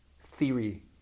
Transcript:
theory